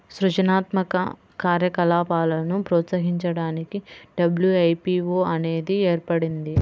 సృజనాత్మక కార్యకలాపాలను ప్రోత్సహించడానికి డబ్ల్యూ.ఐ.పీ.వో అనేది ఏర్పడింది